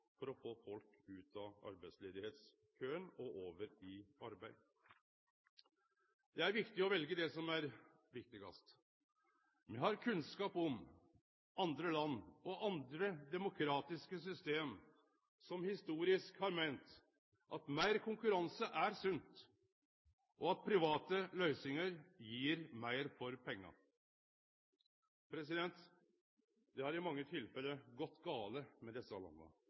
for å få folk ut av arbeidsløysekøen og over i arbeid. Det er viktig å velje det som er viktigast. Me har kunnskap om andre land og andre demokratiske system som historisk har meint at meir konkurranse er sunt, og at private løysingar gjev meir for pengane. Det har i mange tilfelle gått gale med desse